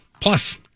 plus